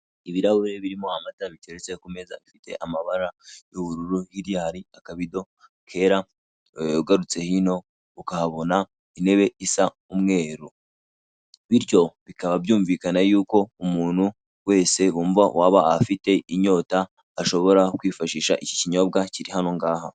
Ibirahure birimo amata biteretse kumeza bifite amabara y'ubururu hirya hari akabido kera, ugarutse hino ukahabona intebe isa umweru, bityo bikaba byumvikana yuko umuntu wese wumva waba afite inyota ashobora kwifashisha iki kinyobwa kiri hano ngaha.